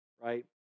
right